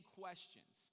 questions